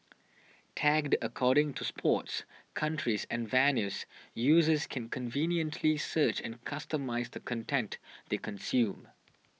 tagged according to sports countries and venues users can conveniently search and customise the content they consume